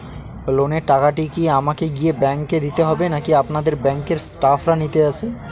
লোনের টাকাটি কি আমাকে গিয়ে ব্যাংক এ দিতে হবে নাকি আপনাদের ব্যাংক এর স্টাফরা নিতে আসে?